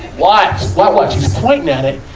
what? what? what? she's pointing at it,